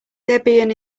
debian